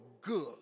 good